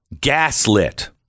gaslit